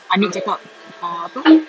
aniq cakap uh apa tu